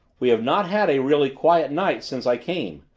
we have not had a really quiet night since i came.